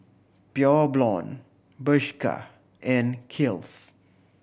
Pure Blonde Bershka and Kiehl's